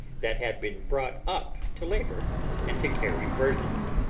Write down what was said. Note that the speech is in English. that had been brought up to labour and to carry burthens.